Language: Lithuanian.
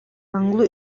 anglų